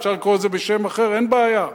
אפשר לקרוא לזה בשם אחר, אין בעיה.